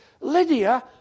Lydia